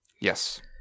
Yes